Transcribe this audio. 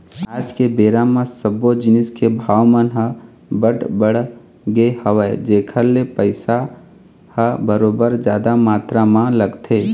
आज के बेरा म सब्बो जिनिस के भाव मन ह बड़ बढ़ गे हवय जेखर ले पइसा ह बरोबर जादा मातरा म लगथे